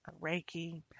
Reiki